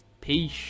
Peace